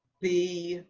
the